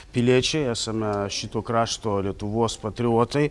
piliečiai esame šito krašto lietuvos patriotai